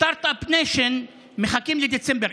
בסטרטאפ ניישין מחכים לדצמבר.